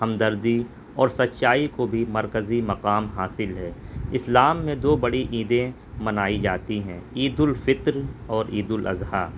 ہمدردی اور سچائی کو بھی مرکزی مقام حاصل ہے اسلام میں دو بڑی عیدیں منائی جاتی ہیں عیدالفطر اور عید الاضحیٰ